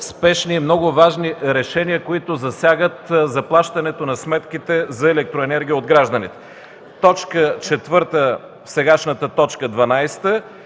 спешни и много важни решения, които засягат заплащането на сметките за електроенергия от гражданите. Точка четвърта – сегашната точка дванадесета,